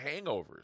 hangovers